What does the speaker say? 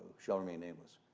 shall remain nameless,